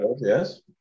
Yes